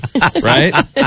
Right